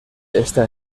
está